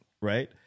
right